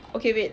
okay wait